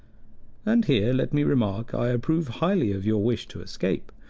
and here, let me remark, i approve highly of your wish to escape,